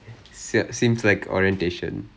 seems like orientation